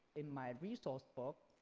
in my resource book,